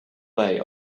way